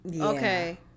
Okay